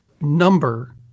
number